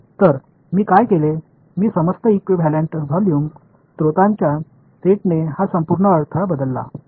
तर मी काय केले मी समस्त इक्विव्हॅलेंट व्हॉल्यूम स्त्रोतांच्या सेटने हा संपूर्ण अडथळा बदलला